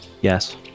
yes